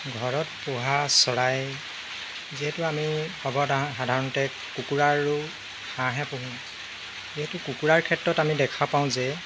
ঘৰত পোহা চৰাই যিহেতু আমি সৰ্বসাধা সাধাৰণতে কুকুৰা আৰু হাঁহ হে পোহোঁ যিহেতু কুকুৰাৰ ক্ষেত্ৰত আমি দেখা পাওঁ যে